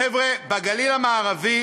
חבר'ה, בגליל המערבי